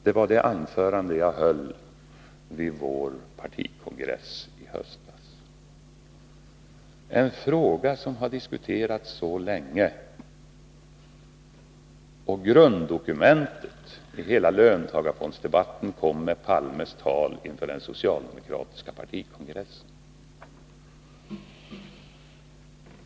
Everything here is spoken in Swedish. Det var det anförande han höll på socialdemokraternas partikongress i höstas. Det är ju en fråga som har diskuterats länge. Och grunddokumentet i hela löntagarfondsdebatten kom i och med Olof Palmes tal inför den socialdemokratiska partikongressen!